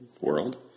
world